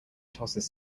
tosses